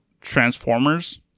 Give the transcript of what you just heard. Transformers